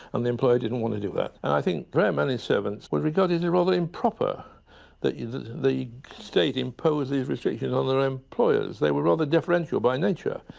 and the employer didn't want to do that. and i think very many servants would regard it as rather improper that the state imposes restrictions on their employers. they were rather deferential by nature,